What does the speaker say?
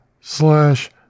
slash